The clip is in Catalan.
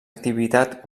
activitat